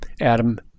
adam